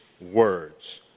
words